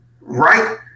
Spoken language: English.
Right